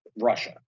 Russia